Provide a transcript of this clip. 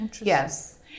yes